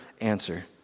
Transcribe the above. answer